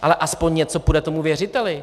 Ale aspoň něco půjde tomu věřiteli.